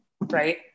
right